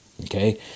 okay